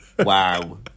Wow